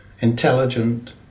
intelligent